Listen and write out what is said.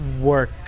work